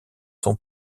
son